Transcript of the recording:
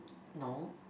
no